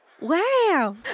Wow